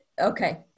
Okay